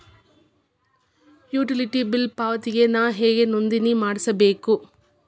Utility bill ಪಾವತಿಗೆ ನಾ ಹೆಂಗ್ ನೋಂದಣಿ ಮಾಡ್ಸಬೇಕು?